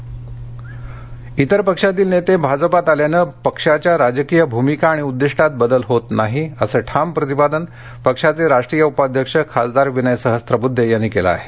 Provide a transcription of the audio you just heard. पक्षवदल अन्य इतर पक्षातील नेते भाजपात आल्याने पक्षाच्या राजकिय भूमिका आणि उद्दीष्टात बदल होत नाही असं ठाम प्रतिपादन पक्षाचे राष्ट्रीय उपाध्यक्षखासदार विनय सहस्त्वबुध्दे यांनी केलं आहे